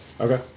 Okay